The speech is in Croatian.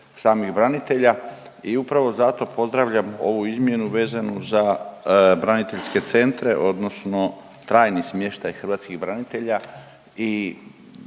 samih branitelja. I upravo zato pozdravljam ovu izmjenu vezanu za braniteljske centre odnosno trajni smještaj hrvatskih branitelja